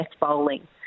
bowling